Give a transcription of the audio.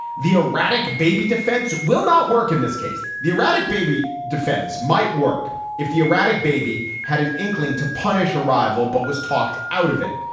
the erratic baby defense will not work in this case. the erratic baby defense might work if the erratic baby had an inkling to punish a rival, but was talked out of it.